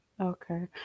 Okay